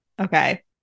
okay